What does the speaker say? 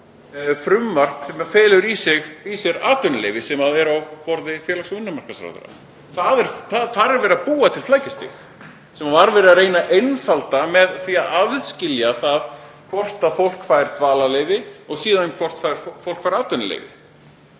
frumvarp sem felur í sér atvinnuleyfi sem er á borði félags- og vinnumarkaðsráðherra? Þar er verið að búa til flækjustig sem var verið að reyna að einfalda með því að aðskilja það hvort fólk fær dvalarleyfi og síðan hvort fólk fær atvinnuleyfi.